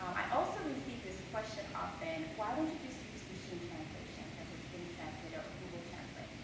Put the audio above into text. um i also received this question often why don't you just use machine translation such as bing translator or google translator?